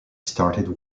started